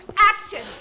action.